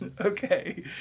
Okay